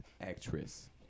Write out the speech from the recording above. actress